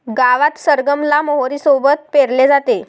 गावात सरगम ला मोहरी सोबत पेरले जाते